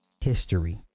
history